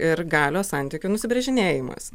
ir galios santykių nusibrėžinėjimas